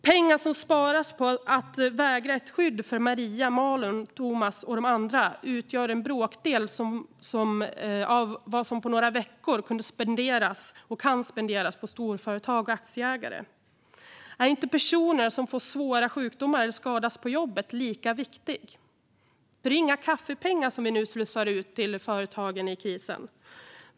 Pengar som sparas på att vägra ett skydd för Maria, Malin, Thomas och de andra utgör en bråkdel av vad som på några veckor kan spenderas på storföretag och aktieägare. Är inte personer som får svåra sjukdomar eller som skadas på jobbet lika viktiga? Det är inga kaffepengar som vi nu slussar ut till företagen i krisen.